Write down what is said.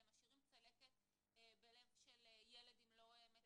הם משאירים צלקת בלב של ילד אם לא מטפלים.